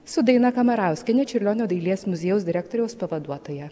su daina kamarauskiene čiurlionio dailės muziejaus direktoriaus pavaduotoja